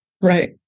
Right